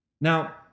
Now